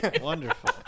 Wonderful